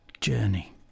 Journey